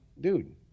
dude